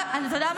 אתה יודע מה?